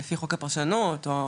לפי חוק הפרשנות או,